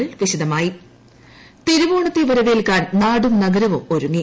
തിരുവോണം ഇൻറ തിരുവോണത്തെ വരവേൽക്കാൻ നാടും നഗരവും ഒരുങ്ങി